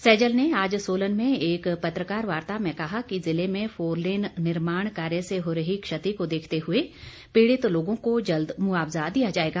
सैजल ने आज सोजन में एक पत्रकार वार्ता में कहा है कि जिले में फोरलेन निर्माण कार्य से हो रही क्षति को देखते हुए पीडित लोगों को जल्द मुआवजा दिया जाएगा